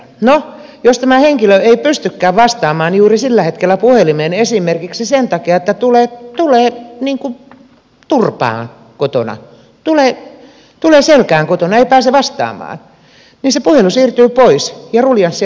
no jos tämä henkilö ei pystykään vastaamaan juuri sillä hetkellä puhelimeen esimerkiksi sen takia että tulee turpaan kotona tulee selkään kotona ei pääse vastaamaan niin se puhelu siirtyy pois ja ruljanssi alkaa alusta